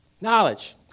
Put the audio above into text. knowledge